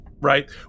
right